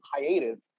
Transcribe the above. hiatus